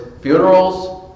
funerals